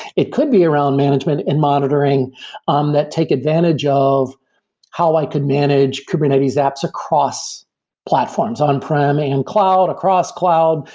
it could be around management and monitoring um that take advantage of how i could manage kubernetes apps across platforms, on-prem, in and cloud, across cloud.